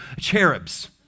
cherubs